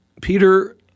Peter